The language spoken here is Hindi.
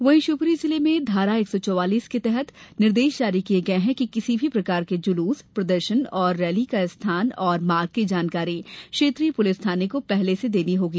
वहीं शिवपुरी जिले में धारा एक सौ चवालीस के तहत निर्देश जारी किये गये हैं कि किसी भी प्रकार के जुलूस प्रदर्शन और रैली का स्थान और मार्ग की जानकारी क्षेत्रीय पुलिस थाना को पहले से देनी होगी